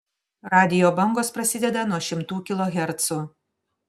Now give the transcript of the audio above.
radijo bangos prasideda nuo šimtų kilohercų